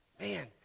Man